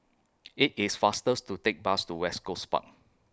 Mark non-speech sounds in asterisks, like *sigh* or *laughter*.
IT IS faster *unintelligible* to Take Bus to West Coast Park